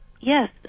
Yes